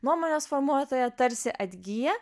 nuomonės formuotoja tarsi atgyja